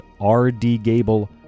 rdgable